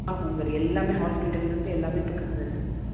ஆமாம் சார் எல்லாமே ஹாஸ்பிட்டல்லேருந்து எல்லாமே பக்கத்தில் இருக்குது சார்